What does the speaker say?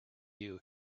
you